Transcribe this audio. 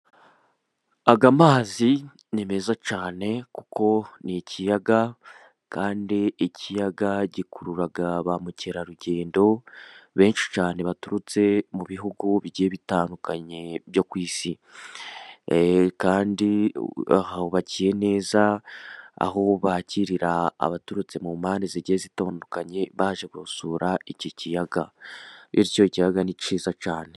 Aya amazi ni meza cyane, kuko ni ikiyaga, kandi ikiyaga gikurura ba mukerarugendo, benshi cyane baturutse mu bihugu bitandukanye byo ku isi. Kandi bahubakiye neza, aho bakirira abaturutse mu mpande zigiye zitandukanye baje gusura iki kiyaga. Bityo ikiyaga ni cyiza cyane.